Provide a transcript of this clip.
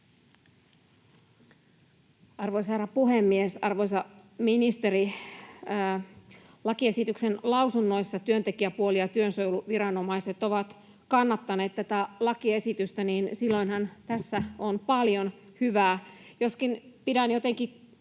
Arvoisa herra puhemies! Arvoisa ministeri, lakiesityksen lausunnoissa työntekijäpuoli ja työsuojeluviranomaiset ovat kannattaneet tätä lakiesitystä. Silloinhan tässä on paljon hyvää, joskin pidän jotenkin